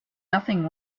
nothing